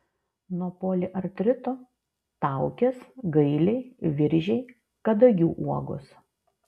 nuo poliartrito taukės gailiai viržiai kadagių uogos